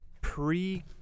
pre